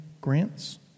Grants